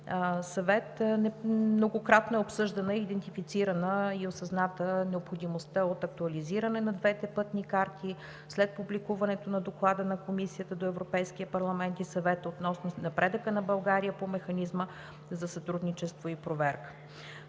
съвет, многократно е обсъждана, идентифицирана и е осъзната необходимостта от актуализиране на двете пътни карти след публикуване на Доклада на Комисията до Европейския парламент и Съвета относно напредъка на България по механизма за сътрудничество и проверка.